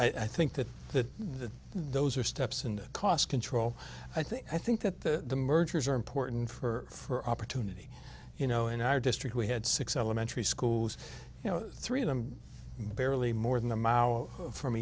so i think that that the those are steps in cost control i think i think that the mergers are important for opportunity you know in our district we had six elementary schools you know three of them barely more than a mile from